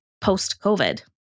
post-COVID